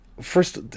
first